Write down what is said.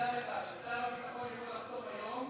תדע לך ששר הביטחון יכול לחתום היום